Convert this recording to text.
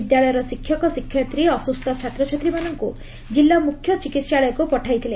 ବିଦ୍ୟାଳୟର ଶିକ୍ଷକ ଶିକ୍ଷୟିତ୍ରୀ ଅସୁସ୍ ଛାତ୍ରଛାତ୍ରୀମାନଙ୍କୁ କିଲ୍ଲା ମୁଖ୍ୟ ଚିକିହାଳୟକୁ ପଠାଇଥିଲେ